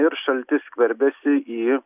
ir šaltis skverbiasi į